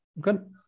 Good